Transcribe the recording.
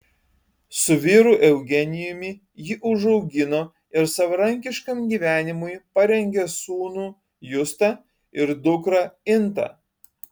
su vyru eugenijumi ji užaugino ir savarankiškam gyvenimui parengė sūnų justą ir dukrą intą